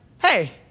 hey